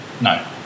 no